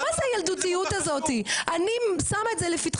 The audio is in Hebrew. מה זה הילדותיות הזאתי, אני שמה את זה לפתחך.